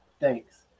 Thanks